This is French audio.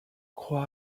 crois